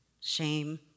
shame